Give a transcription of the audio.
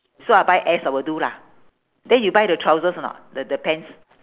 so I buy S I will do lah then you buy the trousers or not the the pants